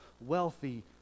wealthy